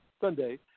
Sunday